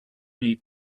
need